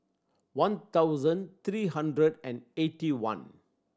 one thousand three hundred and eighty one